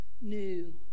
new